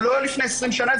זה לא לפני עשרים שנה,